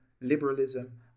liberalism